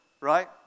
right